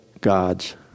God's